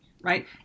Right